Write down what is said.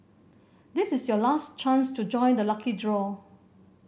this is your last chance to join the lucky draw